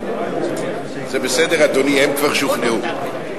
זה בסדר, אדוני, הם כבר שוכנעו.